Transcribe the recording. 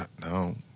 no